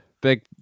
Big